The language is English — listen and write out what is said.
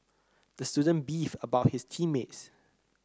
the student beefed about his team mates